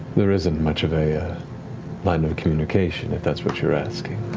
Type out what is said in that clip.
there isn't much of a line of communication, if that's what you're asking.